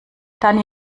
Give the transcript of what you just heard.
dani